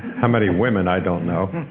how many women, i don't know.